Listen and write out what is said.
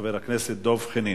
חבר הכנסת דב חנין.